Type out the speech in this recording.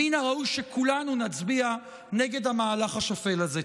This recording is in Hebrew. מן הראוי שכולנו נצביע נגד המהלך השפל הזה.